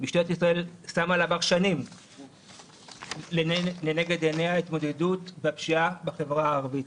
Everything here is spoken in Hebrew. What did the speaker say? משטרת ישראל שמה כבר שנים לנגד עיניה התמודדות עם הפשיעה בחברה הערבית.